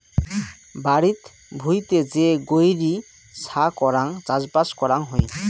বাড়িত ভুঁইতে যে গৈরী ছা করাং চাষবাস করাং হই